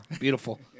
Beautiful